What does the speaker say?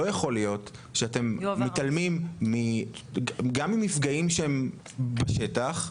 לא יכול להיות שאתם מתעלמים גם ממפגעים שהם בשטח,